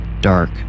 dark